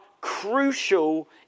crucial